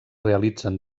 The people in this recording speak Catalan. realitzen